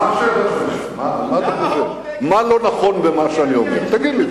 מה לא נכון במה שאני אומר, תגיד לי?